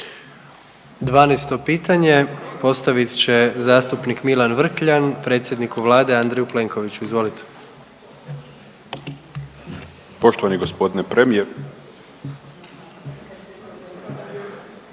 12 pitanje postavit će zastupnik Milan Vrkljan predsjedniku vlade Andreju Plenkoviću. Izvolite. **Vrkljan, Milan (Pravedna